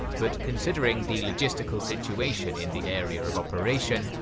but considering the logistical situation in the area of operation,